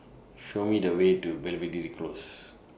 Show Me The Way to Belvedere Close